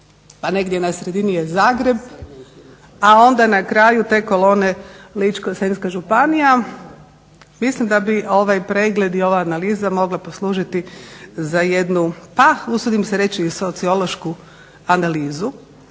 negdje na sredini je Zagreb, a onda na kraju te kolone Ličko-senjska županija. Mislim da bi ovaj pregled i ova analiza mogla poslužiti za jednu pa usudim se reći i sociološku analizu,